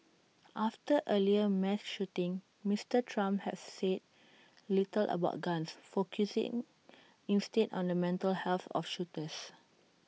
after earlier mass shootings Mister Trump has said little about guns focusing instead on the mental health of shooters